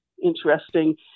interesting